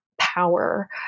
power